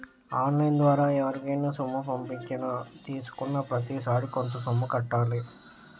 on line ద్వారా ఎవరికైనా సొమ్ము పంపించినా తీసుకున్నాప్రతిసారి కొంత సొమ్ము కట్టాలి